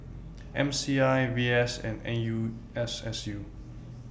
M C I V S and N U S S U